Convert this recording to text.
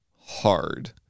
hard